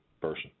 person